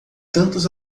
tantos